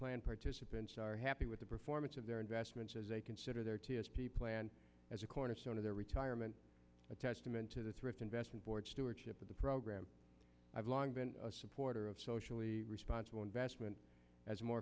plan participants are happy with the performance of their investments as they consider their t s p plan as a cornerstone of their retirement a testament to the thrift investment board stewardship of the program i've long been a supporter of socially responsible investment as more